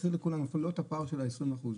מחיר לכולם ולא את הפער של ה-20 אחוז,